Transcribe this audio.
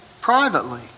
privately